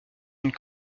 une